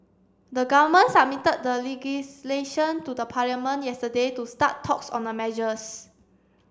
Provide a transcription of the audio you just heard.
the government submitted the legislation to the Parliament yesterday to start talks on the measures